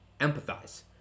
empathize